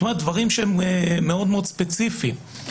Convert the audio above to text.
דברים מאוד ספציפיים.